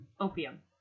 opium